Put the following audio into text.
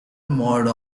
mode